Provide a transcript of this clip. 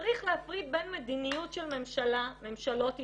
צריך להפריד בין מדיניות של ממשלה, ממשלות ישראל,